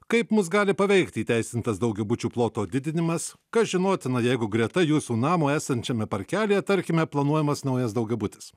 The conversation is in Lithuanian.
kaip mus gali paveikti įteisintas daugiabučių ploto didinimas kas žinotina jeigu greta jūsų namo esančiame parkelyje tarkime planuojamas naujas daugiabutis